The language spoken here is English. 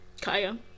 Kaya